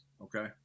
okay